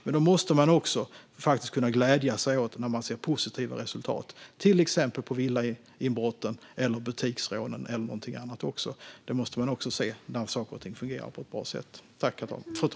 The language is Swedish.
Men man måste också kunna glädjas åt positiva resultat, till exempel när det gäller villainbrotten, butiksrånen eller annat. Man måste också se när saker och ting fungerar på ett bra sätt.